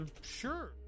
sure